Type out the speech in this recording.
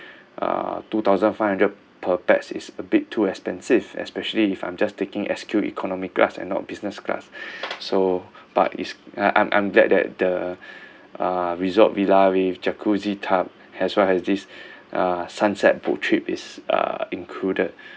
uh two thousand five hundred per pax is a bit too expensive especially if I'm just taking S_Q economy class and not business class so but it's I'm I'm glad that the uh resort villa with jacuzzi tub as well as this uh sunset boat trip is uh included